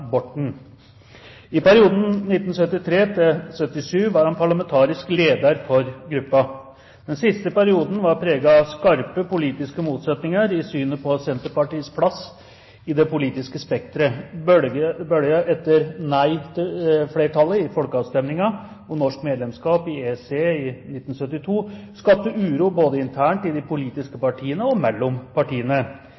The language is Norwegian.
Borten. I perioden 1973–1977 var han parlamentarisk leder for gruppa. Den siste perioden var preget av skarpe politiske motsetninger i synet på Senterpartiets plass i det politiske spekteret. Bølgen etter nei-flertallet i folkeavstemningen om norsk medlemskap i EEC i 1972 skapte uro både internt i de politiske